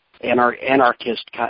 Anarchist